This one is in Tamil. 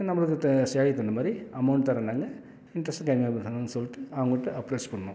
நம்மளுது த சேலரிக்கு தகுந்த மாதிரி அமௌண்ட் தர்றேன்னாங்க இன்ட்ரஸ்ட்டும் கம்மியாக கொடுத்தாங்கன்னு சொல்லிட்டு அவங்கள்ட்ட அப்ரோச் பண்ணோம்